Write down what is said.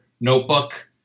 notebook